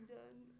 done